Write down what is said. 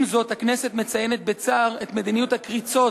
עם זאת, הכנסת מציינת בצער את מדיניות ה"קריצות"